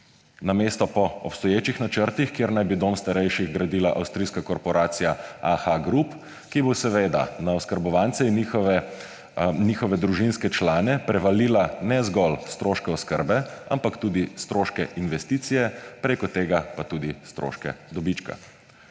namesto po obstoječih načrtih, kjer naj bi dom starejših gradila avstrijska korporacija Aha Gruppe, ki bo seveda na oskrbovance in njihove družinske člane prevalila ne zgolj stroške oskrbe, ampak tudi stroške investicije, preko tega pa tudi stroške dobička.